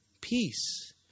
peace